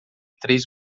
três